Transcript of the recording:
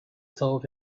told